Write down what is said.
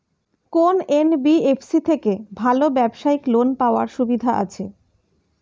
কোন এন.বি.এফ.সি থেকে ভালো ব্যবসায়িক লোন পাওয়ার সুবিধা আছে?